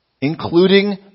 including